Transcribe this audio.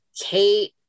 Kate